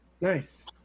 Nice